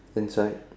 inside